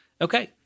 Okay